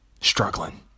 struggling